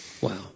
Wow